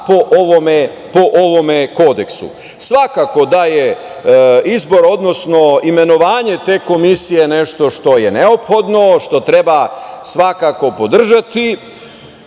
po ovom Kodeksu. Svakako da je izbor, odnosno imenovanje te komisije nešto što je neophodno, što treba svakako podržati.